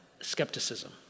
skepticism